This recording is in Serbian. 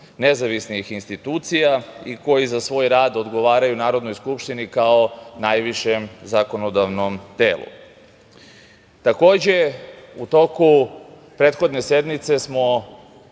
nezavisnih institucija i koji za svoj rad odgovaraju Narodnoj skupštini, kao najvišem zakonodavnom telu. Takođe, u toku prethodne sednice smo